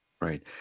Right